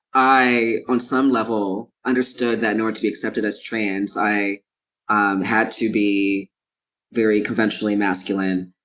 i, on some level, understood that in order to be accepted as trans, i um had to be very conventionally masculine.